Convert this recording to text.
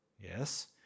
Yes